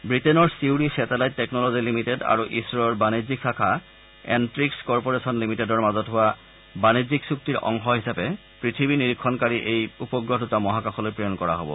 বৃটেইনৰ Surrey satellite technology limited আৰু ইছৰোৰ বাণিজ্যিক শাখা এনট্টিক্ছ কৰ্পৰেচন লিমিটেডৰ মাজত হোৱা বাণিজ্যিক চূক্তিৰ অংশ হিচাপে পৃথিৱী নিৰীক্ষণকাৰী এই উপগ্ৰহ দুটা মহাকাশলৈ প্ৰেৰণ কৰা হব